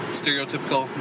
stereotypical